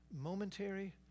Momentary